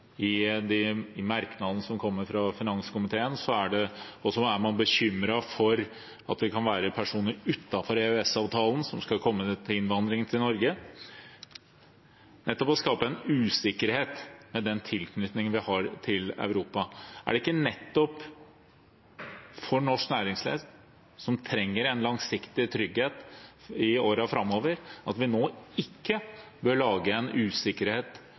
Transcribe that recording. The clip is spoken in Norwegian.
som kommer fra finanskomiteen, er man også bekymret for innvandringen av personer fra EØS-området utenfor Norden til Norge. Det er nettopp å skape en usikkerhet ved den tilknytningen vi har til Europa. Er det ikke viktig nettopp for norsk næringsliv, som trenger langsiktig trygghet i årene framover, at vi ikke nå